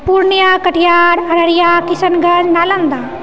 Purnia Katihar Kishanganj Araria Nalanda